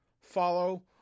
follow